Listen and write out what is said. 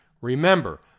Remember